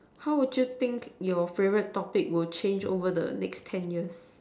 how would you think your favourite topic will change over the next ten years